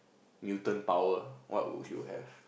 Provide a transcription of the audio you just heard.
mutant power what would you have